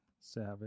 Savage